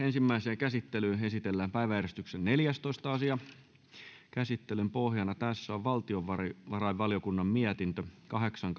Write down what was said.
ensimmäiseen käsittelyyn esitellään päiväjärjestyksen neljästoista asia käsittelyn pohjana on valtiovarainvaliokunnan mietintö kahdeksan